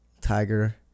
Tiger